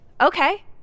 Okay